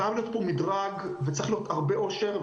חייב להיות פה מדרג וצריך להיות הרבה עושר.